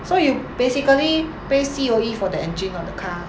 so you basically pay C_O_E for the engine on the car